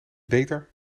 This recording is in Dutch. beter